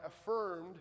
affirmed